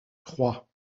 trois